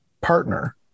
partner